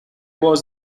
was